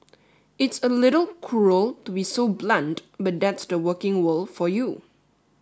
it's a little cruel to be so blunt but that's the working world for you